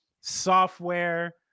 software